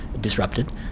disrupted